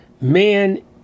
man